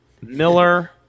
Miller